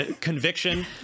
conviction